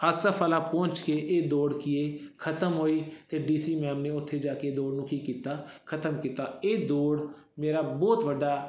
ਆਸਫ ਵਾਲਾ ਪਹੁੰਚ ਕੇ ਇਹ ਦੌੜ ਕੀ ਹੈ ਖ਼ਤਮ ਹੋਈ ਅਤੇ ਡੀ ਸੀ ਮੈਮ ਨੇ ਉੱਥੇ ਜਾ ਕੇ ਦੌੜ ਨੂੰ ਕੀ ਕੀਤਾ ਖ਼ਤਮ ਕੀਤਾ ਇਹ ਦੌੜ ਮੇਰਾ ਬਹੁਤ ਵੱਡਾ